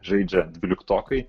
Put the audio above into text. žaidžia dvyliktokai